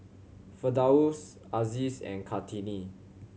Firdaus Aziz and Kartini